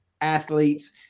athletes